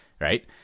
Right